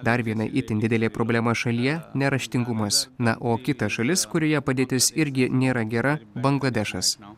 dar viena itin didelė problema šalyje neraštingumas na o kita šalis kurioje padėtis irgi nėra gera bangladešas